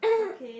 okay